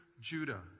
Judah